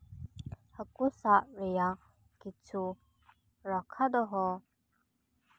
ᱦᱟᱠᱩ ᱥᱟᱵᱽ ᱨᱮᱭᱟᱜ ᱠᱤᱪᱷᱩ ᱨᱟᱠᱷᱟ ᱫᱚᱦᱚ